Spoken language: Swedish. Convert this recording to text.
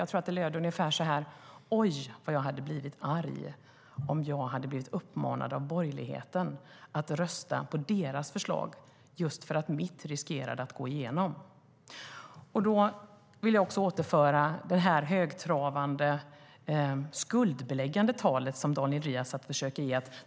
Jag tror att det löd ungefär så här: Oj, vad jag hade blivit arg om jag hade blivit uppmanad av borgerligheten att rösta på deras förslag just för att mitt riskerade att gå igenom! Jag vill också återföra det högtravande, skuldbeläggande tal som Daniel Riazat försöker ge till honom.